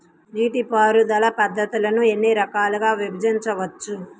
నీటిపారుదల పద్ధతులను ఎన్ని రకాలుగా విభజించవచ్చు?